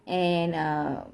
and err